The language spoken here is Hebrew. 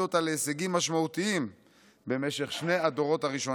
אותה להישגים משמעותיים במשך שני הדורות הראשונים.